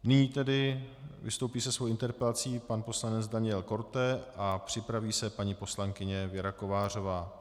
Nyní vystoupí se svou interpelací pan poslanec Daniel Korte a připraví se paní poslankyně Věra Kovářová.